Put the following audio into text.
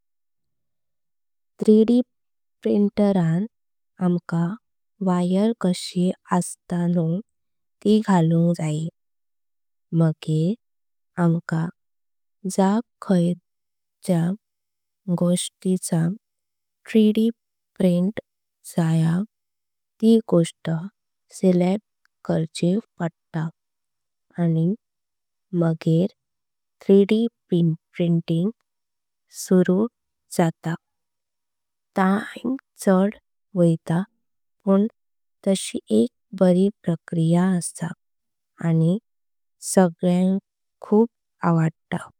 थ्रीडी प्रिंटरां आमका वायर कशे अस्तात। व्हू ते घालुंक जाएं मगेर आमका जा खायच्या गोष्टी च्या। थ्रीडी प्रिंट जावं ती गोष्ट सेलेक्ट करची पडता आणि मागे थ्रीडी। प्रिंटिंग सुरू जाता टाइम। सात वेळता पण तशी एक बरी प्रक्रिया आसां। आणि सगळ्यांक खूप आवडता।